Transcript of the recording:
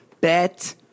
Bet